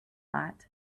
lot